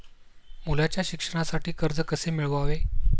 मुलाच्या शिक्षणासाठी कर्ज कसे मिळवावे?